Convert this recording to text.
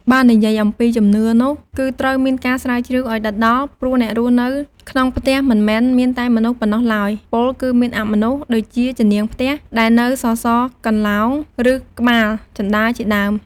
បើនិយាយអំពីជំនឿនោះ គឺត្រូវមានការស្រាវជ្រាវឲ្យដិតដល់ ព្រោះអ្នករស់នៅក្នុងផ្ទះ មិនមែនមានតែមនុស្សប៉ុណ្ណោះឡើយ ពោលគឺមានអមនុស្ស ដូចជាច្នាងផ្ទះដែលនៅសសរកន្លោង ឬក្បាល ជណ្តើរជាដើម។